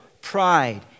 pride